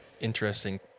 interesting